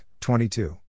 22